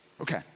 Okay